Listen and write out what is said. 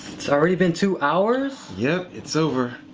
it's already been two hours? yup, it's over.